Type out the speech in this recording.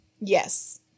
Yes